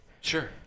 Sure